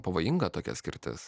pavojinga tokia skirtis